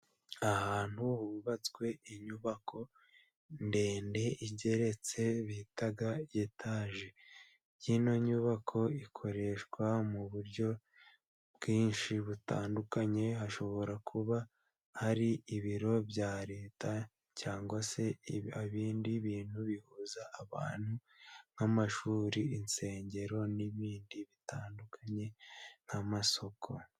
Ahantu hubatswe inyubako ndende igeretse bita etaje iyi nyubako ikoreshwa mu buryo bwinshi butandukanye. Hashobora kuba hari ibiro bya Leta cyangwa se ibindi bintu bihuza abantu nk'amashuri, insengero n'ibindi bitandukanye nk'amasoko.